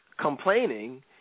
complaining